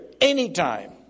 anytime